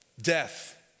death